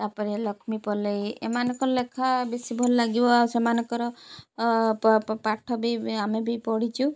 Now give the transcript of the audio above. ତାପରେ ଲକ୍ଷ୍ମୀ ପଲେଇ ଏମାନଙ୍କ ଲେଖା ବେଶି ଭଲ ଲାଗିବ ଆଉ ସେମାନଙ୍କର ପାଠ ବି ଆମେ ବି ପଢ଼ିଛୁ